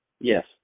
Yes